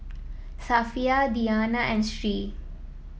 Safiya Diyana and Sri